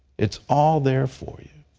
it's all there for you.